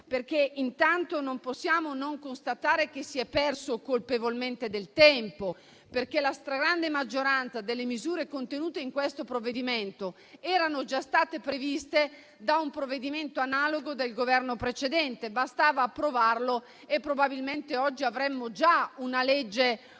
Infatti non possiamo non constatare che si è perso colpevolmente del tempo, perché la stragrande maggioranza delle misure contenute in questo disegno di legge erano già state previste da un provvedimento analogo del Governo precedente. Bastava approvarlo e probabilmente oggi avremmo già una legge operativa.